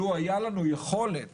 לו היתה לנו יכולת,